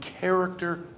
character